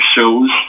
shows